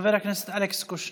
חבר הכנסת אלכס קושניר,